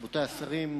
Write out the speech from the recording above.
רבותי השרים,